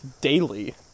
daily